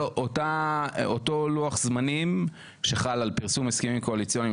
אותו לוח זמנים שחל על פרסום הסכמים קואליציוניים